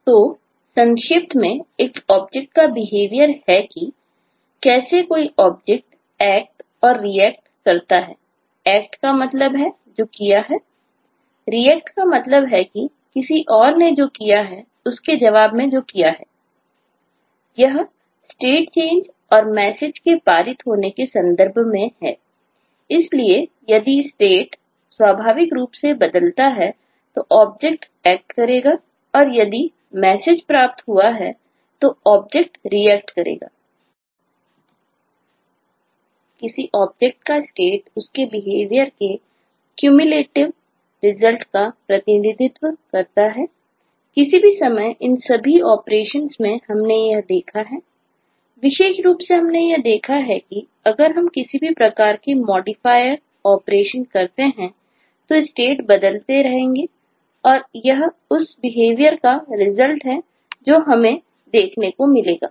तो संक्षेप में एक ऑब्जेक्ट है जो हमें देखने को मिलेगा